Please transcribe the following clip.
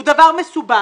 הוא דבר מסובך,